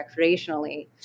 recreationally